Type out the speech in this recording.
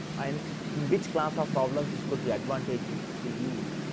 and in which class of problem this could be advantage is the used.